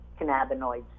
cannabinoids